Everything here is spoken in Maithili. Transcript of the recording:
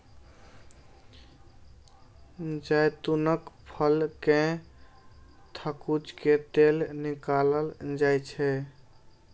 जैतूनक फल कें थकुचि कें तेल निकालल जाइ छै